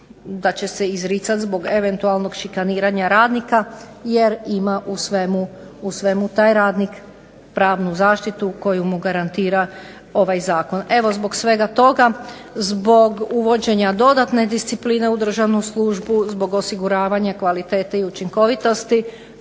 da će se izricati zbog eventualnog šikaniranja radnika jer ima u svemu taj radnik pravnu zaštitu koju mu garantira ovaj zakon. Evo zbog svega toga, zbog uvođenja dodatne discipline u državnu službu, zbog osiguravanja kvalitete i učinkovitosti